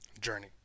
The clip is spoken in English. journey